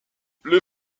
les